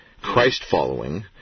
Christ-following